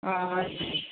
अँ